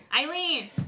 Eileen